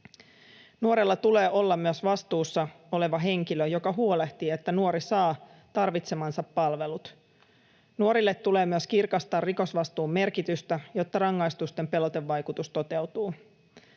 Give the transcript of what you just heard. Nuorella tulee olla myös vastuussa oleva henkilö, joka huolehtii, että nuori saa tarvitsemansa palvelut. Nuorille tulee myös kirkastaa rikosvastuun merkitystä, jotta rangaistusten pelotevaikutus toteutuu,